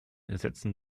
gesetzen